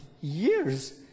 years